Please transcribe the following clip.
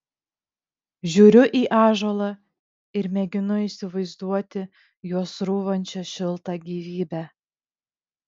žiūriu į ąžuolą ir mėginu įsivaizduoti juo srūvančią šiltą gyvybę